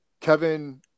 Kevin